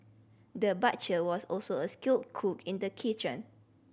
the butcher was also a skilled cook in the kitchen